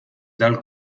dal